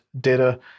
data